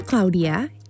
Claudia